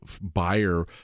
buyer